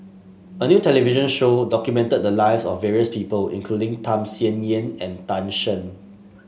a new television show documented the lives of various people including Tham Sien Yen and Tan Shen